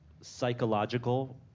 psychological